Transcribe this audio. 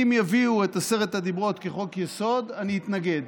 אם יביאו את עשרת הדיברות כחוק-יסוד, אני אתנגד,